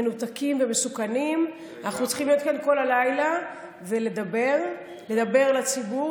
מנותקים ומסוכנים אנחנו צריכים להיות כאן כל הלילה ולדבר לציבור,